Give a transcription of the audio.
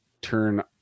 turn